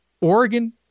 Oregon